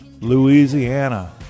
Louisiana